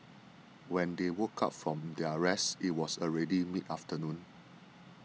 when they woke up from their rest it was already mid afternoon